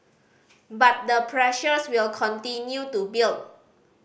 but the pressures will continue to build